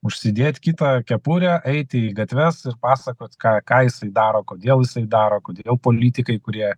užsidėt kitą kepurę eiti į gatves pasakot ką ką jis daro kodėl jisai daro kodėl politikai kurie